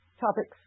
topics